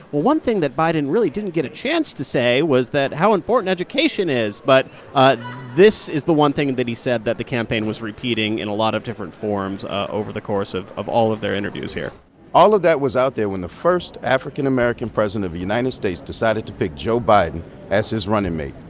one thing that biden really didn't get a chance to say was that how important education is. but ah this is the one thing and that he said that the campaign was repeating in a lot of different forms over the course of of all of their interviews here all of that was out there when the first african american president of the united states decided to pick joe biden as his running mate.